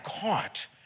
caught